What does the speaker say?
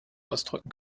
ausdrücken